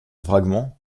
fragment